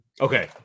Okay